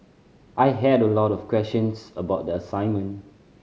I had a lot of questions about the assignment